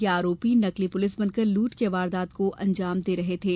ये आरोपी नकली पुलिस बनकर लूट की वारदात को अंजाम दे रहे थे